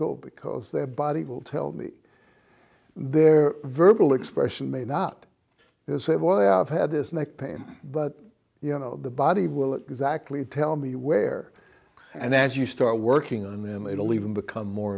go because their body will tell me their verbal expression may not say why i've had this neck pain but you know the body will exactly tell me where and as you start working on him it will even become more